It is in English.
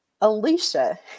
Alicia